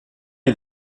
est